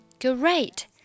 Great